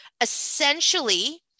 Essentially